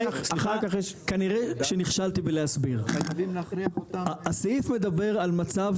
כרגע אנחנו רוצים לעשות הקפאה מבלי לבדוק מיזוג